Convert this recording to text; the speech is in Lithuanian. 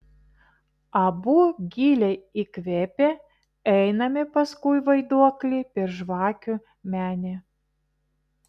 abu giliai įkvėpę einame paskui vaiduoklį per žvakių menę